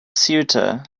ceuta